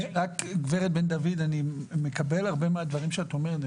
גברת בן דוד, אני מקבל הרבה מהדברים שאת אומרת.